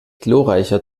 glorreicher